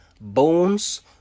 bones